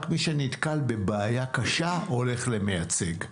רק מי שנתקל בבעיה קשה הולך למייצג.